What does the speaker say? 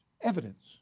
evidence